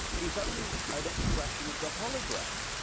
is only an expression of the hologram,